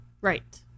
Right